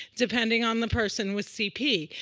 depending on the person with cp.